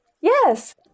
yes